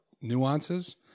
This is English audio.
nuances